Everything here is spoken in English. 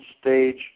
stage